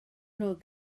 nhw